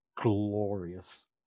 glorious